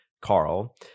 Carl